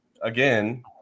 again